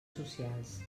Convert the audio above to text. socials